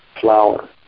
flower